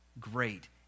great